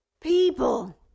People